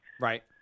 right